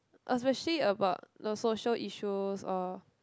especially about the social issues or